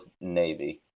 navy